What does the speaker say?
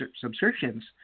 subscriptions